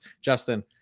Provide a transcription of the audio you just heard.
Justin